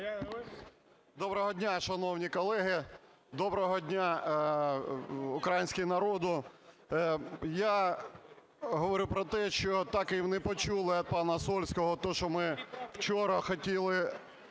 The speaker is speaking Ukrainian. Доброго дня, шановні колеги! Доброго дня, український народе! Я говорю про те, що так і не почули від пана Сольського те, що вчора хотіли